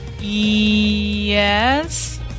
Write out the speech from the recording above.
Yes